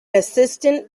assistant